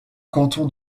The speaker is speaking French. canton